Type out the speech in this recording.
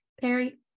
Perry